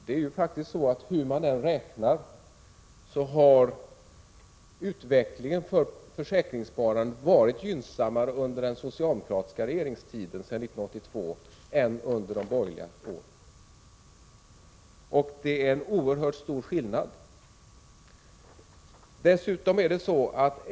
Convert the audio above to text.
Herr talman! Hur man än räknar har utvecklingen för försäkringssparandet varit gynnsammare under den socialdemokratiska regeringstiden sedan 1982 än den var under de sex borgerliga regeringsåren. Det är en oerhört stor skillnad.